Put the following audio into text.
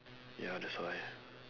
ya that's why